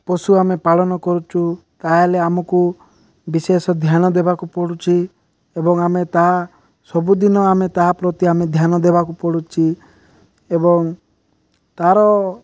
ପଶୁ ଆମେ ପାଳନ କରୁଛୁ ତାହେଲେ ଆମକୁ ବିଶେଷ ଧ୍ୟାନ ଦେବାକୁ ପଡ଼ୁଛି ଏବଂ ଆମେ ତାହା ସବୁଦିନ ଆମେ ତାହା ପ୍ରତି ଆମେ ଧ୍ୟାନ ଦେବାକୁ ପଡ଼ୁଛି ଏବଂ ତାର